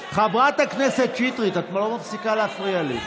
חברת הכנסת שטרית, את לא מפסיקה להפריע לי.